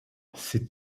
ces